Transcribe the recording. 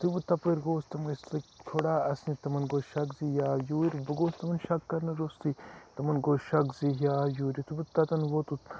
یُتھٕے بہٕ تَپٲر گۄوُس تِم ٲسۍ لٔگۍ تھوڑا اَسنہٕ تِمَن گوٚو شَک زِ یہِ آو یورۍ بہٕ گوس تِمَن شَک کَرنہٕ روٚستٕے تِمَن گوٚو شَک زِ یہِ آو یوٗر یُتھٕے بہٕ تۄتَن ووتُس